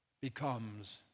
becomes